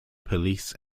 police